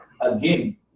again